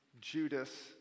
Judas